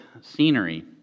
scenery